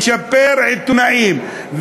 לצ'פר עיתונאים.